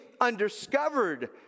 undiscovered